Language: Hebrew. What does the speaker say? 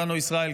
בנו ישראל,